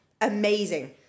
amazing